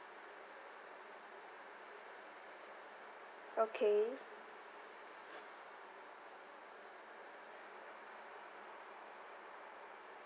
okay